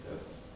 Yes